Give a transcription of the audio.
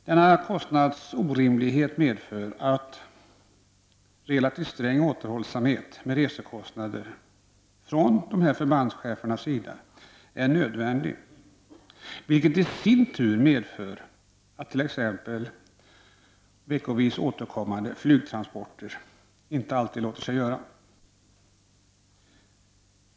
Denna kostnadsorimlig het medför att relativt sträng återhållsamhet med resekostnadsmedel är nödvändig från förbandschefernas sida, vilket i sin tur medför att t.ex. veckovis återkommande flygtransporter inte alltid kan komma i fråga.